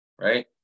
right